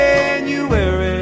January